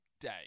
day